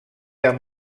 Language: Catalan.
amb